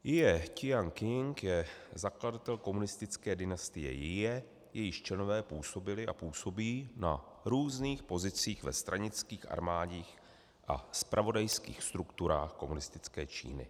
Jie Ťianjing je zakladatel komunistické dynastie Jie, jejíž členové působili a působí na různých pozicích ve stranických, armádních a zpravodajských strukturách komunistické Číny.